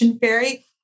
fairy